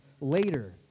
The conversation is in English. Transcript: later